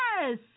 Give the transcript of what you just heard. Yes